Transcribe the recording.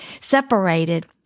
separated